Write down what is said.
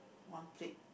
one plate